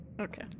okay